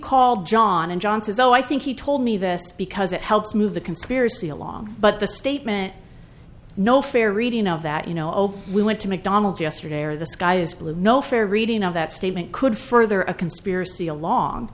called john and john says oh i think he told me this because it helps move the conspiracy along but the statement no fair reading of that you know we went to mcdonald's yesterday or the sky is blue no fair reading of that statement could further a conspiracy along